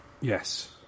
Yes